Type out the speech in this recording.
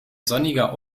sonniger